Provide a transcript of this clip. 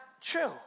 true